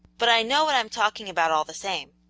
but i know what i'm talking about all the same.